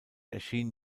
erschien